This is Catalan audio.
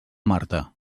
marta